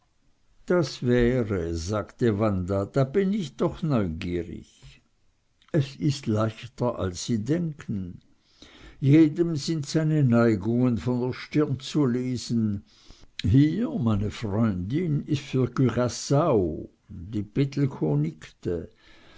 das wäre sagte wanda da bin ich doch neugierig es ist leichter als sie denken jedem sind seine neigungen von der stirn zu lesen hier meine freundin ist für curaao die